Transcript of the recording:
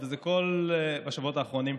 יש לו הזדמנות להגיד.